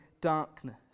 darkness